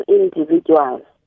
individuals